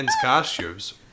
costumes